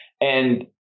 and-